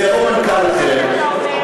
ויבוא מנכ"ל אחר,